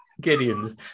Gideon's